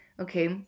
okay